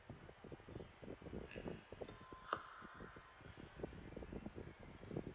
mm